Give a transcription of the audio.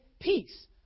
peace